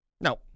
Now